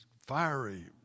fiery